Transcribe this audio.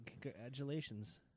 congratulations